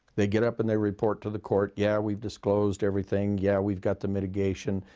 they get up and they report to the court, yeah, we've disclosed everything, yeah, we've got the mitigation.